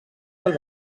del